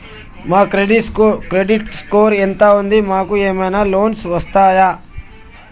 మా credit score ఎంత ఉంది? మాకు ఏమైనా లోన్స్ వస్తయా?